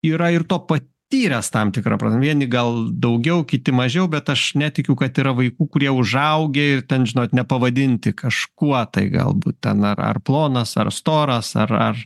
yra ir to patyręs tam tikra prasme vieni gal daugiau kiti mažiau bet aš netikiu kad yra vaikų kurie užaugę ir ten žinot nepavadinti kažkuo tai galbūt ten ar ar plonas ar storas ar ar